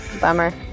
Bummer